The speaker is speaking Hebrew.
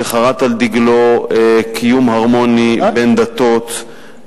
שחרת על דגלו קיום הרמוני בין דתות,